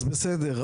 אז בסדר,